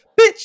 Bitch